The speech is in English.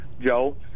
Joe